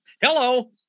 hello